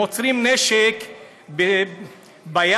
אם עוצרים נשק בים,